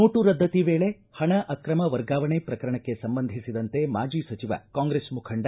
note ರದ್ದತಿ ವೇಳೆ ಪಣ ಅಕ್ರಮ ವರ್ಗಾವಣೆ ಪ್ರಕರಣಕ್ಕೆ ಸಂಬಂಧಿಸಿದಂತೆ ಮಾಜಿ ಸಚಿವ ಕಾಂಗ್ರೆಸ್ ಮುಖಂಡ ಡಿ